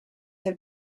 have